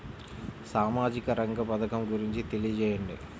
సామాజిక రంగ పథకం గురించి తెలియచేయండి?